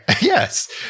Yes